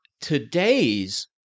today's